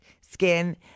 skin